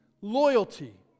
loyalty